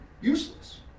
useless